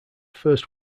first